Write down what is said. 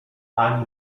ani